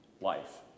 life